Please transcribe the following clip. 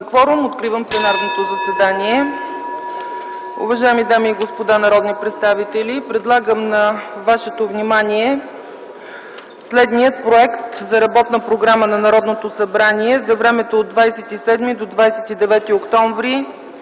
Откривам пленарното заседание. Уважаеми дами и господа народни представители, предлагам на вашето внимание следния проект за работна Програма на Народното събрание за времето от 27 до 29 октомври